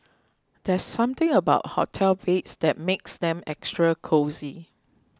there's something about hotel beds that makes them extra cosy